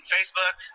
Facebook